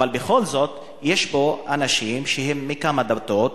בכל זאת יש פה אנשים מכמה דתות,